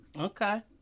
Okay